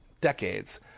decades